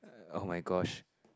oh my gosh